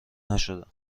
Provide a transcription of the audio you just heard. نشدم